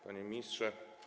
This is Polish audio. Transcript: Panie Ministrze!